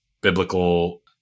biblical